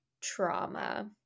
trauma